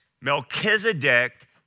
Melchizedek